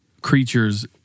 creatures